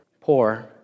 poor